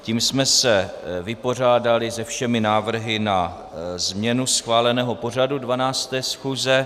Tím jsme se vypořádali se všemi návrhy na změnu schváleného pořadu 12. schůze.